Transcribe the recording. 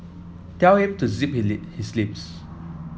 tell him to zip his lips